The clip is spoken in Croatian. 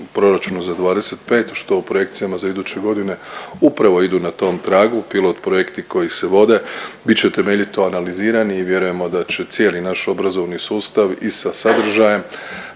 proračunu za '25. što u projekcijama za iduće godine upravo idu na tom tragu. Pilot projekti koji se vode bit će temeljito analizirani i vjerujemo da će cijeli naš obrazovni sustav i sa sadržajem